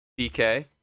BK